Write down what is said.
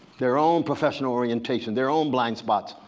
their own professional orientation, their own blind spots.